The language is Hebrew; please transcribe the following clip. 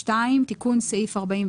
סתם שאני לא אתבלבל,